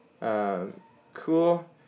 Cool